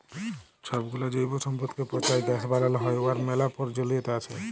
ছবগুলা জৈব সম্পদকে পঁচায় গ্যাস বালাল হ্যয় উয়ার ম্যালা পরয়োজলিয়তা আছে